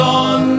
on